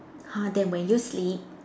!huh! then when you sleep